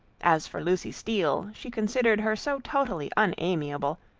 as for lucy steele, she considered her so totally unamiable,